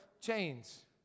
chains